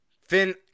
Finn